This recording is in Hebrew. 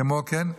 כמו כן,